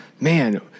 man